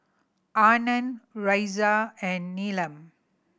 Anand Razia and Neelam